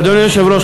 אדוני היושב-ראש,